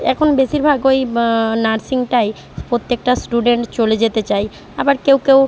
এখন বেশিরভাগ ওই নার্সিংটায় প্রত্যেকটা স্টুডেন্ট চলে যেতে চায় আবার কেউ কেউ